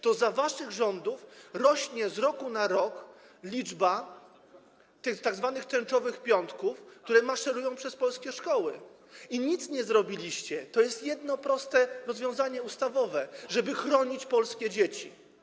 To za waszych rządów rośnie z roku na rok liczba tych tzw. tęczowych piątków, które maszerują przez polskie szkoły, i nic nie zrobiliście, a to jest jedno proste rozwiązanie ustawowe, żeby chronić polskie dzieci.